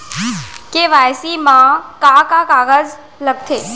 KYC मा का का कागज लगथे?